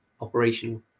operational